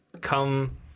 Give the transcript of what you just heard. come